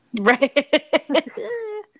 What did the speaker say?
right